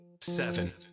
seven